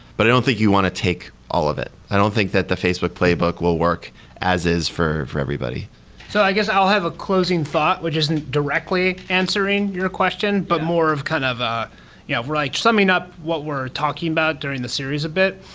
but i don't think you want to take all of it. i don't think that the facebook playbook will work as is for for everybody so i guess i'll have a closing thought, which isn't directly answering your question, but more of kind of ah yeah like summing up what we're talking about during the series a bit.